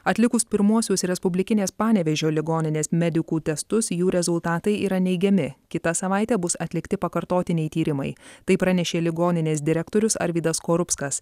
atlikus pirmuosius respublikinės panevėžio ligoninės medikų testus jų rezultatai yra neigiami kitą savaitę bus atlikti pakartotiniai tyrimai tai pranešė ligoninės direktorius arvydas skorupskas